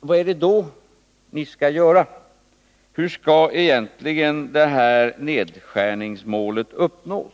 som ni skall göra? Hur skall det här nedskärningsmålet uppnås?